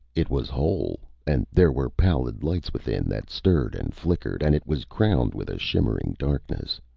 it was whole, and there were pallid lights within that stirred and flickered, and it was crowned with a shimmering darkness.